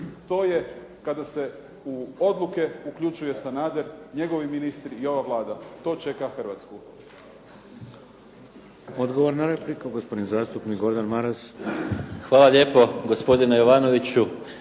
To je kada se u odluke uključuje Sanader, njegovi ministri i ova Vlada. To čeka Hrvatsku.